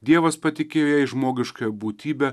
dievas patikėjo jai žmogiškąją būtybę